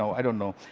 i don't know.